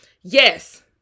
Yes